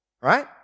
Right